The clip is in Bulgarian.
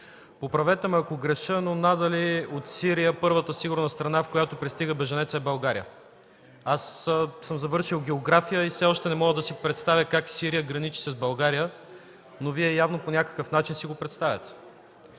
Поправете ме, ако греша, но надали от Сирия първата сигурна страна, в която пристига бежанецът, е България. Аз съм завършил география и все още не мога да си представя как Сирия граничи с България, но явно по някакъв начин Вие си го представяте.